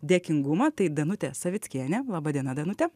dėkingumą tai danutė savickienė laba diena danute